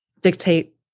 dictate